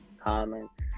Comments